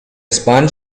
sponge